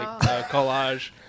collage